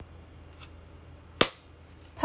part